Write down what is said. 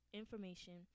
information